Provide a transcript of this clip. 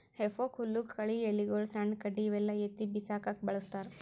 ಹೆಫೋಕ್ ಹುಲ್ಲ್ ಕಳಿ ಎಲಿಗೊಳು ಸಣ್ಣ್ ಕಡ್ಡಿ ಇವೆಲ್ಲಾ ಎತ್ತಿ ಬಿಸಾಕಕ್ಕ್ ಬಳಸ್ತಾರ್